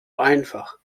einfach